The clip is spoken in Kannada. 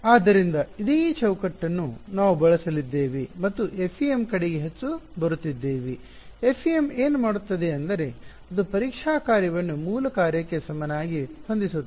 ಆದ್ದರಿಂದ ಇದೇ ಚೌಕಟ್ಟನ್ನು ನಾವು ಬಳಸಲಿದ್ದೇವೆ ಮತ್ತು FEM ಕಡೆಗೆ ಹೆಚ್ಚು ಬರುತ್ತಿದ್ದೇವೆ FEM ಏನು ಮಾಡುತ್ತದೆ ಎಂದರೆ ಅದು ಪರೀಕ್ಷಾ ಕಾರ್ಯವನ್ನು ಮೂಲ ಕಾರ್ಯಕ್ಕೆ ಸಮನಾಗಿ ಹೊಂದಿಸುತ್ತದೆ